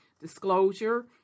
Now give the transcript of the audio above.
disclosure